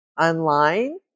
online